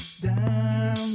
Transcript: down